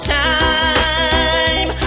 time